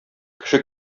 кеше